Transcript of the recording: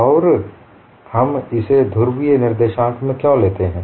और हम इसे ध्रुवीय निर्देशांक में क्यों लेते हैं